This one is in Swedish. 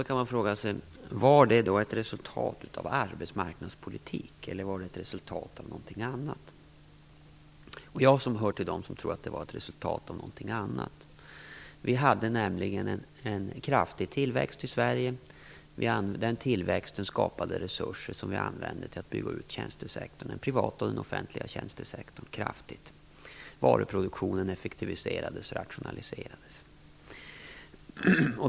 Man kan fråga sig om detta var ett resultat av arbetsmarknadspolitik eller om det var ett resultat av någonting annat. Jag hör till dem som tror att det var ett resultat av någonting annat. Vi hade nämligen en kraftig tillväxt i Sverige och den tillväxten skapade resurser som vi använde till att bygga ut den privata och den offentliga tjänstesektorn kraftigt. Varuproduktionen effektiviserades och rationaliserades.